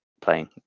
playing